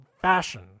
fashion